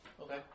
Okay